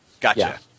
Gotcha